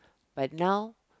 but now